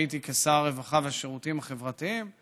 כשהייתי שר הרווחה והשירותים החברתיים.